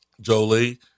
Jolie